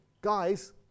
guys